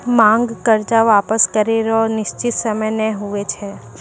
मांग कर्जा वापस करै रो निसचीत सयम नै हुवै छै